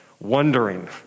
wondering